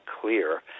clear